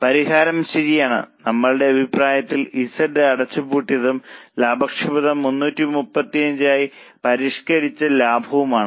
പരിഹാരം ശരിയാണ് നമ്മളുടെ അഭിപ്രായത്തിൽ Z അടച്ചുപൂട്ടിയതും ലാഭക്ഷമത 335 പരിഷ്കരിച്ച ലാഭവുമാണ്